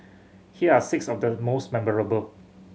here are six of the most memorable